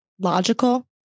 logical